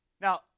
Now